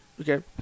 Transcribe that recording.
Okay